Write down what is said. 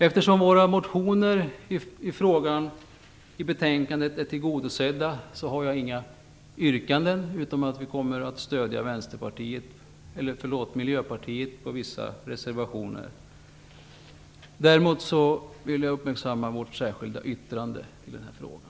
Eftersom våra motioner i frågan har blivit tillgodosedda har jag inga yrkanden. Vi kommer att stödja vissa av Miljöpartiets reservationer. Däremot vill jag uppmärksamma på vårt särskilda yttrande i den här frågan.